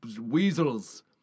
weasels